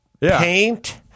paint